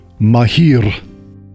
Mahir